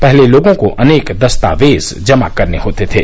पहले लोगों को अनेक दस्तावेज जमा करने होते थे